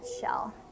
shell